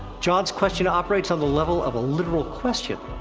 jon's question operates on the level of a literal question.